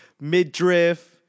mid-drift